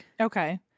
okay